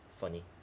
funny